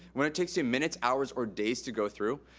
when it takes you minutes, hours or days to go through.